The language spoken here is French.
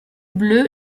bleu